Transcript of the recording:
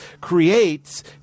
creates